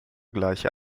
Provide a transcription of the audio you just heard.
gleiche